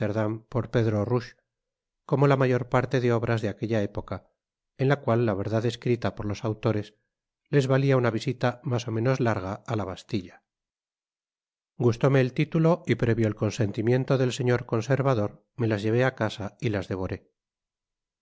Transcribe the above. por pedro rouge como la mayor parte de obras de aquella época en la cual la verdad escrita por los autores les valia una visita mas ó menos larga á la bastilla gustóme el título y previo el consentimiento del señor conservador me las llevé á mi casa y las devoré